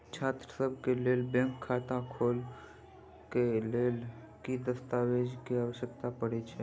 छात्रसभ केँ लेल बैंक खाता खोले केँ लेल केँ दस्तावेज केँ आवश्यकता पड़े हय?